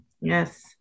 Yes